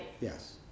Yes